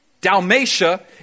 Dalmatia